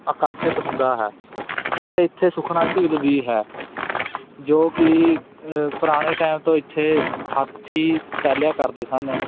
ਆਕਰਸ਼ਿਤ ਹੁੰਦਾ ਹੈ ਅਤੇ ਇੱਥੇ ਸੁਖਨਾ ਝੀਲ ਵੀ ਹੈ ਜੋ ਕਿ ਪੁਰਾਣੇ ਟਾਈਮ ਤੋਂ ਇੱਥੇ ਹਾਥੀ ਟਹਿਲਿਆ ਕਰਦੇ ਸਨ